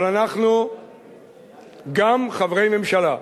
אבל אנחנו גם חברי ממשלה.